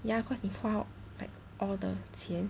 ya cause 你花 like all the 钱